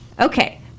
Okay